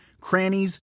crannies